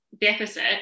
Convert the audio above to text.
deficit